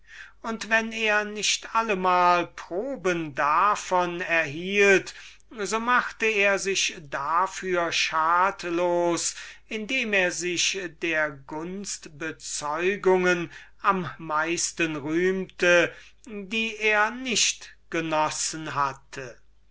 und wenn er nicht allemal proben davon erhielt so machte er sich dafür schadlos indem er sich der gunstbezeugungen am meisten rühmte die er nicht genossen hatte